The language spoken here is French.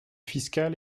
fiscal